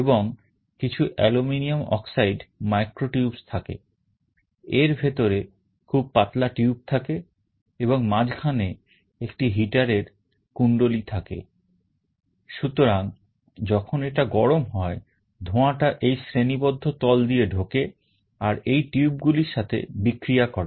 এবং কিছু aluminium oxide micro tubes থাকে এর ভেতরে খুব পাতলা tube থাকে এবং মাঝখানে একটি heater এর কুণ্ডলী দিয়ে ঢোকে আর এই tube গুলির সাথে বিক্রিয়া করে